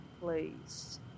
Please